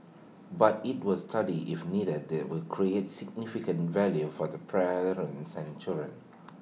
but IT will study if indeed they will create significant value for the parents and children